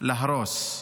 להרוס.